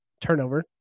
turnover